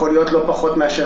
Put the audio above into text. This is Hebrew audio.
יכול להיות לא פחות מאשר